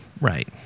right